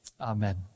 Amen